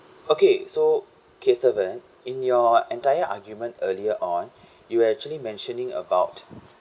okay so okay saven in your entire argument earlier on you actually mentioning about